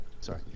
Sorry